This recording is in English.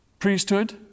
priesthood